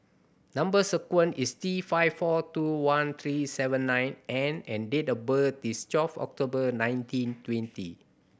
number sequence is T five four two one three seven nine N and date of birth is twelve October nineteen twenty